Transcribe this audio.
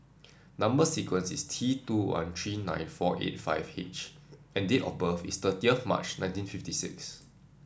number sequence is T two one three nine four eight five H and date of birth is thirtieth March nineteen fifty six